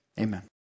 Amen